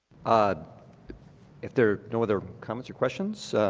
ah if there are no other comments or questions,